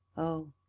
oh,